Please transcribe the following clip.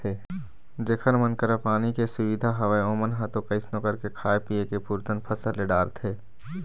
जेखर मन करा पानी के सुबिधा हवय ओमन ह तो कइसनो करके खाय पींए के पुरतन फसल ले डारथे